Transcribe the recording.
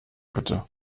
bitte